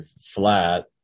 flat